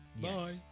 Bye